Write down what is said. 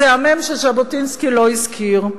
זו המ"ם שז'בוטינסקי לא הזכיר.